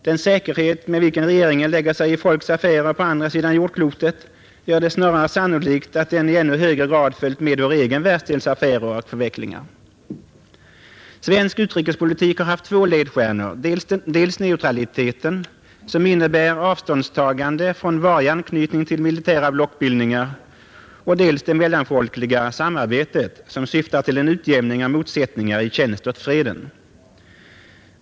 Den säkerhet med vilken regeringen lägger sig i folks affärer på andra sidan jordklotet gör det snarare sannolikt att den i ännu högre grad följt med vår egen världsdels affärer och förvecklingar. Svensk utrikespolitik har haft två ledstjärnor: dels neutraliteten, som innebär avståndstagande från varje anknytning till militära blockbildningar, dels det mellanfolkliga samarbetet, som syftar till en utjämning av motsättningar i tjänst åt freden.